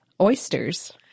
oysters